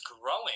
growing